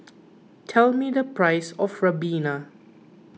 tell me the price of Ribena